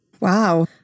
Wow